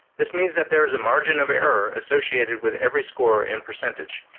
this means that there is a margin of error associated with every score and percentage.